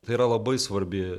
tai yra labai svarbi